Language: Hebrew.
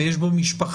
ילדים, ויש בו משפחה.